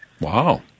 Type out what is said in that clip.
Wow